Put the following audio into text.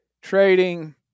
trading